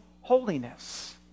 holiness